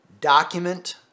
document